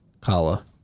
Kala